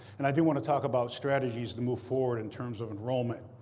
and i do want to talk about strategies to move forward in terms of enrollment.